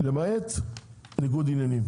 למעט ניגוד עניינים,